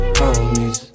homies